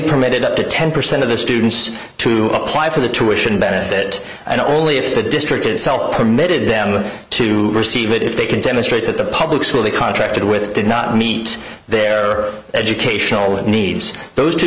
permitted up to ten percent of the students to apply for the tuition benefit and only if the district itself permitted them to receive it if they could demonstrate that the public school they contracted with did not meet their educational needs those two